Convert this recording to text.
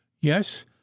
yes